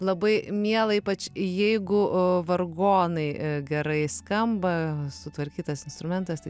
labai miela ypač jeigu vargonai gerai skamba sutvarkytas instrumentas tai